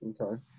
Okay